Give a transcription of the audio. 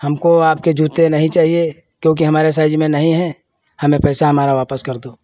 हमको आपके जूते नहीं चाहिए क्योंकि हमारे साइज़ में नहीं है हमें पैसा हमारा वापस कर दो